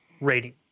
rating